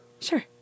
Sure